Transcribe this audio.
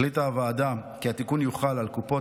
החליטה הוועדה כי התיקון יוחל על קופות